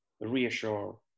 reassure